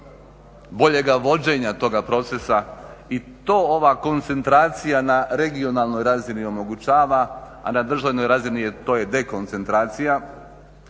boljega vođenja tog procesa i to ova koncentracija na regionalnoj razini omogućava, a na državnoj razini to je dekoncentracija